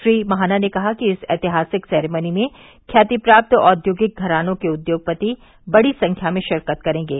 श्री महाना ने कहा कि इस ऐतिहासिक सेरेमनी में ख्याति प्राप्त औद्योगिक घरानों के उद्योगपति बड़ी संख्या में शिरकत करेंगे